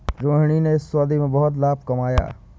रोहिणी ने इस सौदे में बहुत लाभ कमाया